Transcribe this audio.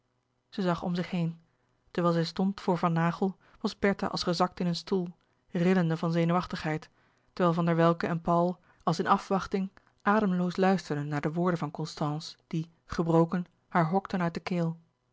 zij zag om zich heen terwijl zij stond voor van naghel was bertha als gezakt in een stoel rillende van zenuwachtigheid terwijl van der welcke en paul als in afwachting ademloos luisterden naar de woorden van constance die gebroken haar hokten uit de keel